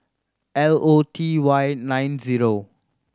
L O T Y nine zero